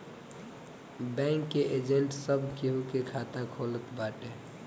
bank के agent सब केहू के खाता खोलत बाटे